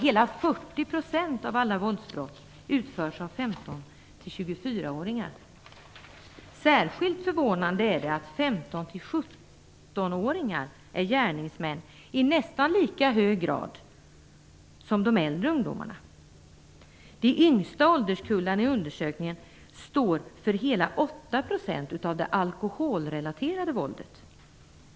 Hela 40 % av alla våldsbrott utförs av 15-24-åringar. Särskilt förvånande är det att 15-17-åringar är gärningsmän i nästan lika hög grad som de äldre ungdomarna. De yngsta ålderskullarna i undersökningen står för hela 8 % av det alkoholrelaterade våldet.